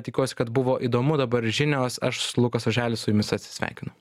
tikiuosi kad buvo įdomu dabar žinios aš lukas oželis su jumis atsisveikinu